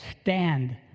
stand